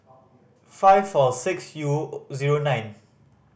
five four six U zero nine